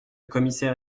commissaire